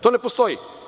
To ne postoji.